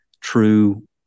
true